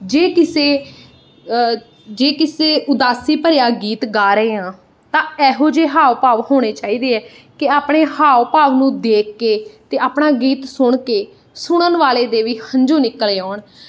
ਜੇ ਕਿਸੇ ਜੇ ਕਿਸੇ ਉਦਾਸੀ ਭਰਿਆ ਗੀਤ ਗਾ ਰਹੇ ਹਾਂ ਤਾਂ ਇਹੋ ਜਿਹੇ ਹਾਵ ਭਾਵ ਹੋਣੇ ਚਾਹੀਦੇ ਹੈ ਕਿ ਆਪਣੇ ਹਾਵ ਭਾਵ ਨੂੰ ਦੇਖ ਕੇ ਅਤੇ ਆਪਣਾ ਗੀਤ ਸੁਣ ਕੇ ਸੁਣਨ ਵਾਲੇ ਦੇ ਵੀ ਹੰਝੂ ਨਿਕਲ ਆਉਣ